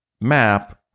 map